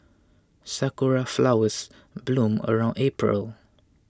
sakura flowers bloom around April